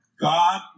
God